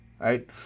right